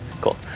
cool